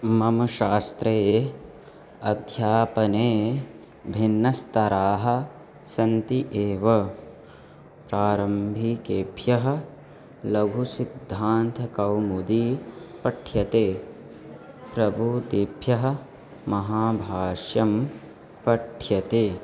मम शास्त्रे अध्यापने भिन्नस्तराः सन्ति एव प्रारम्भिकेभ्यः लघुसिद्धान्तकौमुदी पठ्यते प्रभूतेभ्यः महाभाष्यं पठ्यते